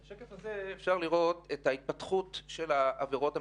בשקף הבא אפשר לראות את התפתחות העבירות המתוחכמות.